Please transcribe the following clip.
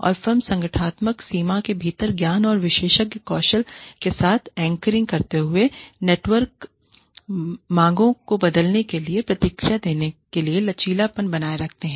और फर्म संगठनात्मक सीमा के भीतर ज्ञान और विशेषज्ञ कौशल के साथ एंकरिंग करते हुए नेटवर्क मांगों को बदलने के लिए प्रतिक्रिया देने के लिए लचीलापन बनाए रखते हैं